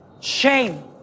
Shame